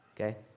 Okay